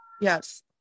yes